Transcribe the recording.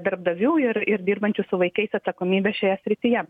darbdavių ir ir dirbančių su vaikais atsakomybę šioje srityje